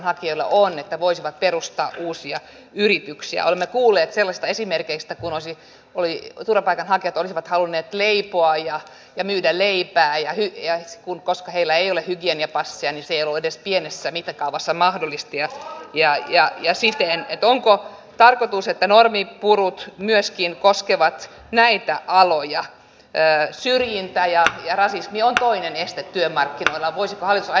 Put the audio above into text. siellä on että voisivat perustaa uusia yrityksiä olemme kuulleet sellaista esimerkeistä kuluisi poliitikko turvapaikanhakijat olisivat halunneet liikkua ja myydä paljon esimerkiksi semmoista harkinnanvaraista jota ei ole hygieniapassiani sielu edes pienessä mittakaavassa mahdollisti oppia ja ja siten että onko tarkoitus että normipurrut myöskin koskevat näitä aloja ja syrjintää ja ja rasismi sitten myönnetä kun kunnilta rahat loppuvat